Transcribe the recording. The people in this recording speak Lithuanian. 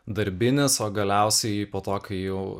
darbinis o galiausiai po to kai jau